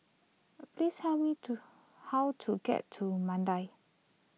please hell me to how to get to Mandai